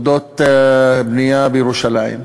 על בנייה בירושלים.